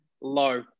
low